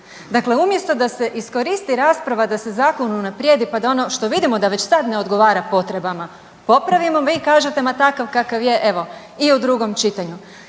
Dakle umjesto da se iskoristi rasprava da se zakon unaprijedi pa da ono što vidimo da već sad ne odgovara potrebama popravimo, vi kažete, ma takav kakav je, evo, u i drugom čitanju